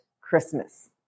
Christmas